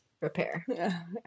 repair